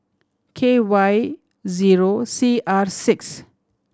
K Y zero C R six